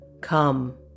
Come